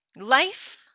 Life